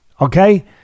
okay